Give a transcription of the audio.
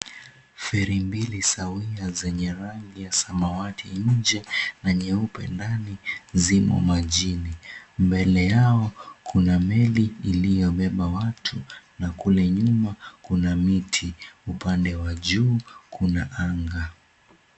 Feri mbili sawia zenye rangi ya samawati nje na nyeupe ndani zimo majini. Mbele yao kuna meli iliyobeba watu na kule nyuma kuna miti. Upande wa juu kuna anga.